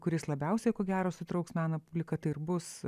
kuris labiausiai ko gero sutrauks meno publiką tai ir bus